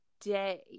day